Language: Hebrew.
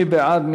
מי בעד?